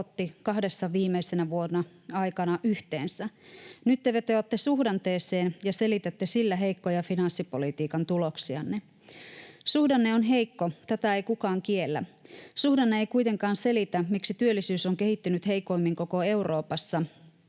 otti kahden viimeisen vuoden aikana yhteensä. Nyt te vetoatte suhdanteeseen ja selitätte sillä heikkoja finanssipolitiikan tuloksianne. Suhdanne on heikko, tätä ei kukaan kiellä. Suhdanne ei kuitenkaan selitä, miksi työllisyys on kehittynyt heikoimmin koko Euroopassa